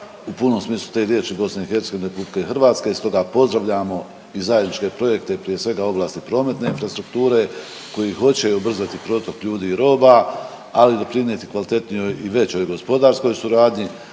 u punom smislu te riječi BiH i RH i stoga pozdravljamo i zajedničke projekte i prije svega u oblasti prometne infrastrukture koji hoće ubrzati protok ljudi i roba, ali i doprinijeti kvalitetnijoj i većoj gospodarskoj suradnji.